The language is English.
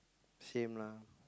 same lah